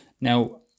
Now